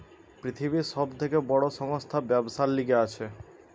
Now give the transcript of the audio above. পৃথিবীর সব থেকে বড় সংস্থা ব্যবসার লিগে আছে